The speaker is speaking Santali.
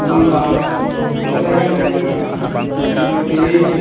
ᱛᱚᱠᱷᱚᱱ ᱫᱟᱢ ᱯᱚᱥᱟ ᱛᱟᱦᱮᱸᱠᱟᱱᱛᱤᱧᱟᱹ ᱠᱤᱱᱛᱩ ᱛᱮᱦᱮᱧ